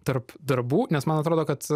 tarp darbų nes man atrodo kad